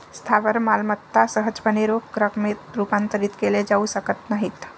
स्थावर मालमत्ता सहजपणे रोख रकमेत रूपांतरित केल्या जाऊ शकत नाहीत